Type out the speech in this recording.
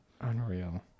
unreal